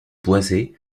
boisées